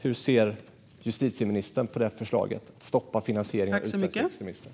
Hur ser justitieministern på förslaget att stoppa finansieringen av utländska extremister?